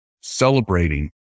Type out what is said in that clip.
celebrating